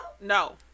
no